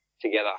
together